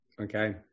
Okay